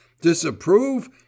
Disapprove